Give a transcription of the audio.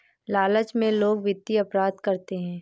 लालच में लोग वित्तीय अपराध करते हैं